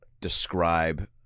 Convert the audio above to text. describe